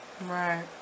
Right